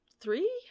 three